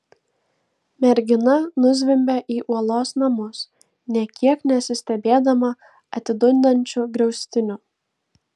mergina nuzvimbė į uolos namus nė kiek nesistebėdama atidundančiu griaustiniu